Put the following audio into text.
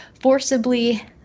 forcibly